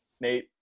Nate